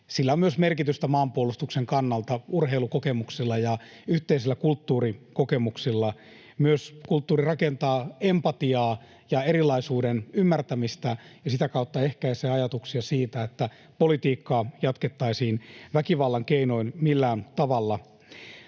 on merkitystä myös maanpuolustuksen kannalta. Kulttuuri rakentaa myös empatiaa ja erilaisuuden ymmärtämistä ja sitä kautta ehkäisee ajatuksia siitä, että politiikkaa jatkettaisiin väkivallan keinoin millään tavalla.